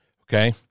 Okay